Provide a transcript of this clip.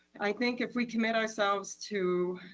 i think if we commit ourselves to